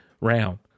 round